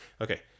Okay